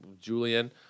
Julian